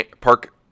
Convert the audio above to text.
park